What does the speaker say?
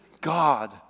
God